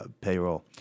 payroll